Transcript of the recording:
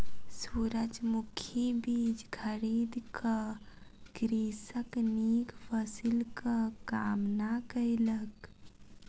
सूरजमुखी बीज खरीद क कृषक नीक फसिलक कामना कयलक